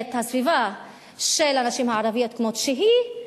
את הסביבה של הנשים הערביות כמות שהיא,